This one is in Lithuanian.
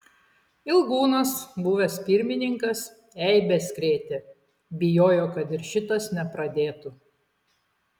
ilgūnas buvęs pirmininkas eibes krėtė bijojo kad ir šitas nepradėtų